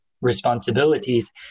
responsibilities